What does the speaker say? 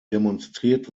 demonstriert